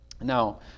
now